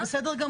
זה בסדר גמור.